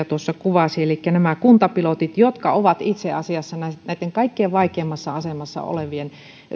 tuossa kuvasi nämä kuntapilotit ovat itse asiassa näitten kaikkien vaikeimmassa asemassa olevien